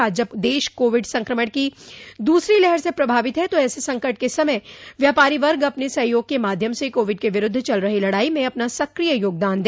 आज जब प्रदेश और देश कोविड संक्रमण की दूसरी लहर से प्रभावित है तो ऐसे संकट के समय व्यापारी वर्ग अपने सहयोग के माध्यम से कोविड के विरूद्व चल रहे लड़ाई में अपना सक्रिय योगदान दे